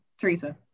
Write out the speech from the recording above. Teresa